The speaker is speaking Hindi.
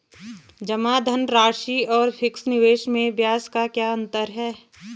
जमा धनराशि और फिक्स निवेश में ब्याज का क्या अंतर है?